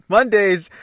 Mondays